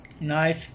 Nice